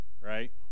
right